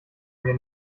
mir